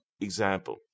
example